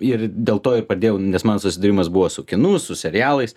ir dėl to ir padėjau nes man susidūrimas buvo su kinu su serialais